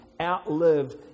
outlived